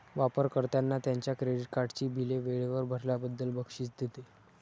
वापर कर्त्यांना त्यांच्या क्रेडिट कार्डची बिले वेळेवर भरल्याबद्दल बक्षीस देते